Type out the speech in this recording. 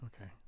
okay